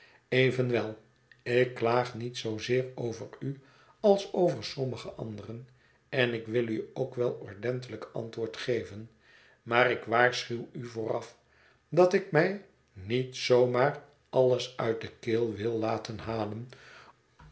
evenwel ik klaag niet zoozeer over u als over sommige anderen en ik wil u ook wel ordentelijk antwoord geven maar ik waarschuw u vooraf dat ik mij niet zoo maar alles uit de keel wil laten halen